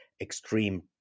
extreme